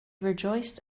rejoiced